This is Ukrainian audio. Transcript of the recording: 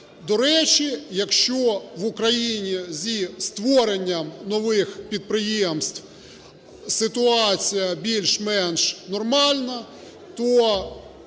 До речі, якщо в Україні зі створенням нових підприємств ситуація більш-менш нормальна,